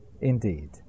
indeed